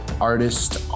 artist